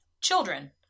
children